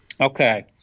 okay